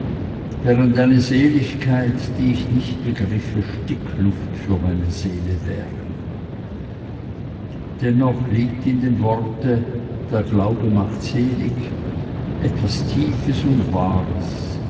eine seligkeit die ich nicht begriffe stickluft für meine seele wäre dennoch liegt in dem worte der glaube macht selig etwas tiefes und wahres